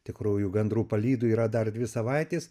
tikrųjų gandrų palydų yra dar dvi savaitės